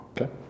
Okay